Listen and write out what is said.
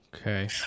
okay